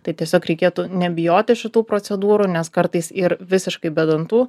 tai tiesiog reikėtų nebijoti šitų procedūrų nes kartais ir visiškai be dantų